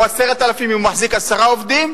או 10,000, אם הוא מחזיק עשרה עובדים,